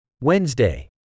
Wednesday